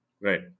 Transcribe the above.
Right